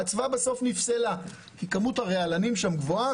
האצווה בסוף נפסלה כי כמות הרעלנים שם גבוהה,